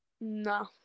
no